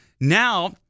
Now